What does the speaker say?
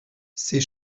ces